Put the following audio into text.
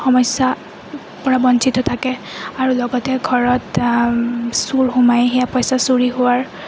সমস্যাৰপৰা বঞ্চিত থাকে আৰু লগতে ঘৰত চোৰ সোমাই সেয়া পইচা চৰি হোৱাৰ